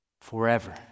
forever